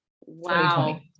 Wow